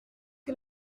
que